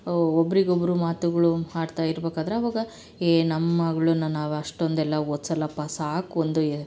ಒಬ್ಬರಿಗೊಬ್ರು ಮಾತುಗಳು ಆಡ್ತಾ ಇರ್ಬೇಕಾದ್ರೆ ಅವಾಗ ಏಯ್ ನಮ್ಮ ಮಗ್ಳನ್ನ ನಾವು ಅಷ್ಟೊಂದೆಲ್ಲ ಓದ್ಸೋಲ್ಲಪ್ಪ ಸಾಕು ಒಂದು